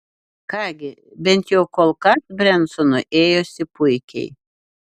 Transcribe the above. ką gi bent jau kol kas brensonui ėjosi puikiai